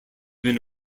been